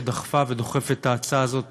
שדחפה ודוחפת את ההצעה הזאת